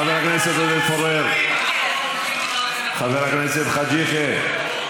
חבר הכנסת עודד פורר, חבר הכנסת חאג' יחיא.